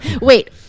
Wait